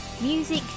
Music